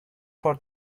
for